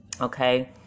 okay